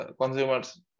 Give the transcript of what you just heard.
Consumers